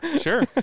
sure